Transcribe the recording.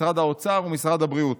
משרד האוצר ומשרד הבריאות.